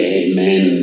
amen